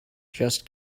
just